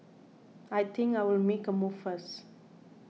I think I'll make a move first